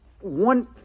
one